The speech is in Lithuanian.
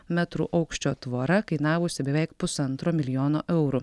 metrų aukščio tvora kainavusi beveik pusantro milijono eurų